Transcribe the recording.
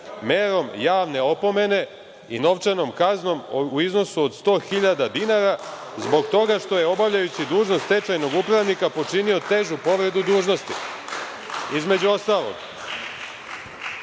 merom javne opomene i novčanom kaznom u iznosu od 100.000 dinara, zbog toga što je obavljajući dužnost stečajnog upravnika počinio težu povredu dužnosti. Između ostalog,